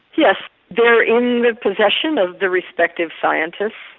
yes, they are in the possession of the respective scientists,